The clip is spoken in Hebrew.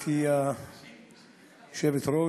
גברתי היושבת-ראש,